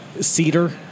cedar